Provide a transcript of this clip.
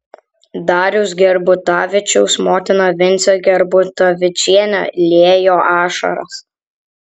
dariaus gerbutavičiaus motina vincė gerbutavičienė liejo ašaras